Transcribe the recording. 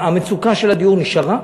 מצוקת הדיור נשארה.